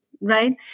right